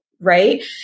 right